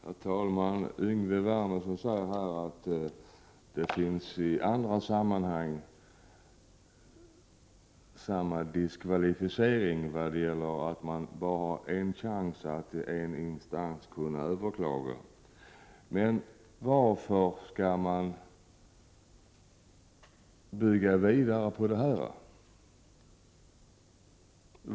Herr talman! Yngve Wernersson säger att det även i andra sammanhang råder samma diskvalificering så till vida att man bara har en chans att i en instans kunna överklaga ett ärende. Men varför skall man bygga vidare på det?